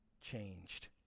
changed